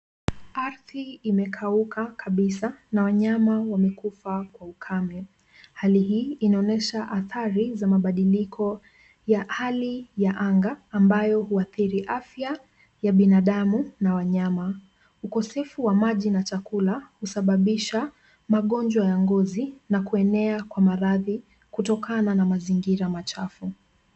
Ardi imekauka kabisa na wanyama wamekufa kwa ukame. Hali hii inaonyesha athari za mabadiliko ya hali ya anga ambayo huathiri afya ya binadamu na wanyama. Ukosefu wa maji na chakula husababisha magonjwa ya ngozi na kuenea kwa maradhi kutokana na mazingira machafu.